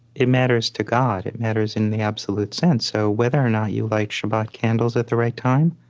it matters to god. it matters in the absolute sense. so whether or not you light shabbat candles at the right time,